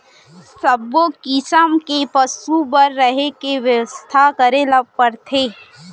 सब्बो किसम के पसु बर रहें के बेवस्था करे ल परथे